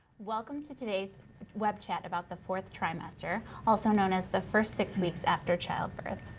welcome to today's web chat about the fourth trimester, also known as the first six weeks after childbirth.